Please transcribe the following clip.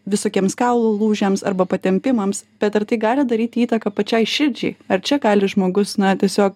visokiems kaulų lūžiams arba patempimams bet ar tai gali daryti įtaką pačiai širdžiai ar čia gali žmogus na tiesiog